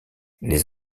les